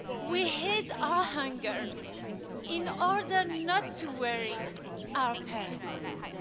we hid our hunger in order not to worry our parents.